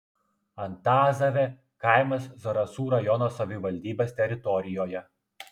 antazavė kaimas zarasų rajono savivaldybės teritorijoje